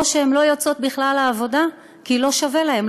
או שהן לא יוצאות בכלל לעבודה כי לא שווה להן,